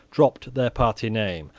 dropped their party name,